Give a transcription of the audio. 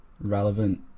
relevant